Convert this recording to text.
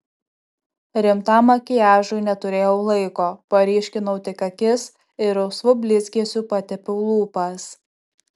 rimtam makiažui neturėjau laiko paryškinau tik akis ir rausvu blizgesiu patepiau lūpas